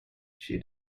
she